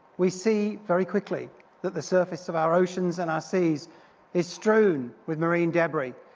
we see very quickly that the surface of our oceans and our seas is strewn with marine debris.